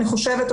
אני חושבת,